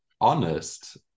honest